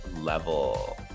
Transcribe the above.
level